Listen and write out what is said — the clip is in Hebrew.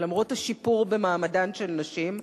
ולמרות השיפור במעמדן של נשים,